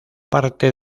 parte